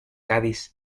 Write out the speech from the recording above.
cádiz